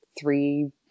three